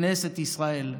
כנסת ישראל.